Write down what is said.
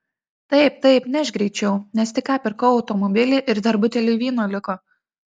taip taip nešk greičiau nes tik ką pirkau automobilį ir dar buteliui vyno liko